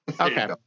Okay